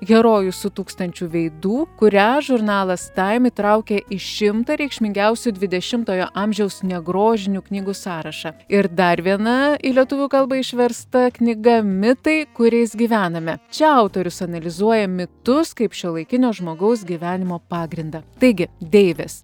herojus su tūkstančiu veidų kurią žurnalas taim įtraukė į šimtą reikšmingiausių dvidešimtojo amžiaus negrožinių knygų sąrašą ir dar viena į lietuvių kalbą išversta knyga mitai kuriais gyvename čia autorius analizuoja mitus kaip šiuolaikinio žmogaus gyvenimo pagrindą taigi deivės